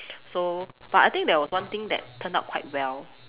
so but I think there was one thing that turned out quite well